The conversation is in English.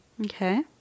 Okay